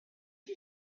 you